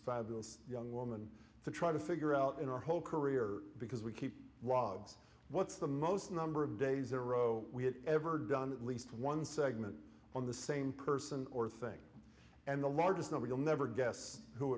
fabulous young woman to try to figure out in her whole career because we keep wads what's the most number of days in a row we have ever done at least one segment on the same person or thing and the largest number you'll never guess who